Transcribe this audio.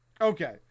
Okay